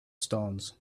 stones